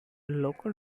local